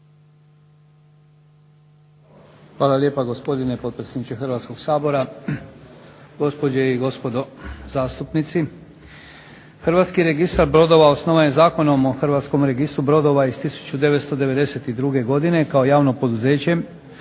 Hvala lijepa gospodine potpredsjedniče Hrvatskog sabora, gospođe i gospodo zastupnici. Hrvatski registar brodova osnovan je Zakonom o Hrvatskom registru brodova iz 1992. godine kao javno poduzeće